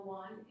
one